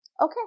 Okay